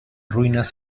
ruinas